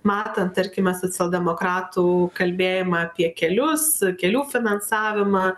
matant tarkime socialdemokratų kalbėjimą apie kelius kelių finansavimą